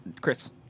Chris